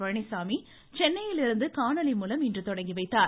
பழனிசாமி சென்னையிலிருந்து காணொலி மூலம் இன்று தொடங்கி வைத்தார்